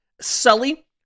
Sully